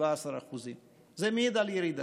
17%. זה מעיד על ירידה.